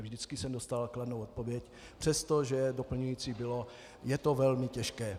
Vždycky jsem dostal kladnou odpověď, přestože doplňující bylo, je to velmi těžké.